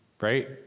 right